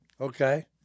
Okay